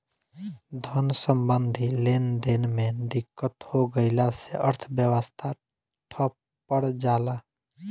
धन सम्बन्धी लेनदेन में दिक्कत हो गइला से अर्थव्यवस्था ठप पर जला